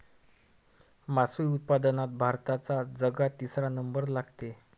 मासोळी उत्पादनात भारताचा जगात तिसरा नंबर लागते